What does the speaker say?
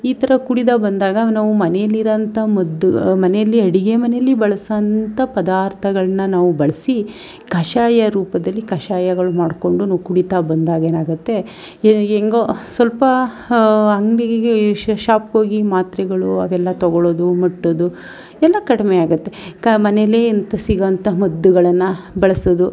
ಈ ಥರ ಕುಡಿತಾ ಬಂದಾಗ ನಾವು ಮನೆಯಲ್ಲಿರೋಂಥ ಮದ್ದು ಮನೆಯಲ್ಲಿ ಅಡುಗೆ ಮನೆಯಲ್ಲಿ ಬಳಸೋಂಥ ಪದಾರ್ಥಗಳ್ನ ನಾವು ಬಳಸಿ ಕಷಾಯ ರೂಪದಲ್ಲಿ ಕಷಾಯಗಳು ಮಾಡಿಕೊಂಡು ನಾವು ಕುಡಿತಾ ಬಂದಾಗ ಏನಾಗುತ್ತೆ ಹೇಗೋ ಸ್ವಲ್ಪ ಅಂಗಡಿಗೆ ಶಾಪಿಗೆ ಹೋಗಿ ಮಾತ್ರೆಗಳು ಅವೆಲ್ಲ ತೊಗೋಳೋದು ಮಟ್ಟೋದು ಎಲ್ಲ ಕಡಿಮೆಯಾಗುತ್ತೆ ಕ ಮನೆಯಲ್ಲೇ ಇಂಥ ಸಿಗೋವಂಥ ಮದ್ದುಗಳನ್ನು ಬಳಸೋದು